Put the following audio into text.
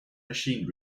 machine